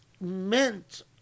meant